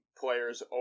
players